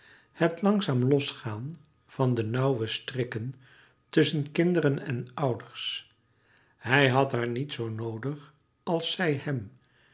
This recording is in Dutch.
het langzaam losgaan van de nauwe strikken tusschen kinderen en ouders hij had haar niet zoo noodig als zij hem